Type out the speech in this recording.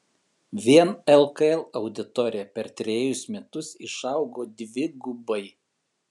vien lkl auditorija per trejus metus išaugo dvigubai